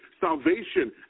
Salvation